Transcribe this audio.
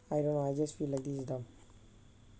I don't know I just feel like this is dumb